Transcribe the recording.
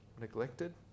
neglected